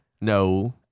No